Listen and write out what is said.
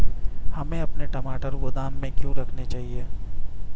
हमें अपने टमाटर गोदाम में क्यों रखने चाहिए?